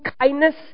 kindness